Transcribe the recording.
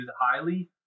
highly